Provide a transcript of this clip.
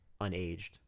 unaged